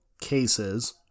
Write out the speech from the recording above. cases